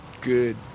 good